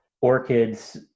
orchids